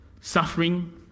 Suffering